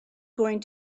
going